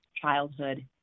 Childhood